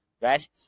right